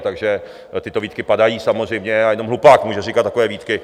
Takže tyto výtky padají samozřejmě a jenom hlupák může říkat takové výtky.